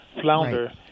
flounder